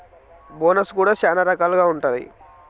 bonus కూడా శ్యానా రకాలుగా ఉంటాయి